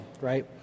right